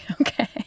Okay